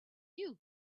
you